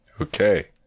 Okay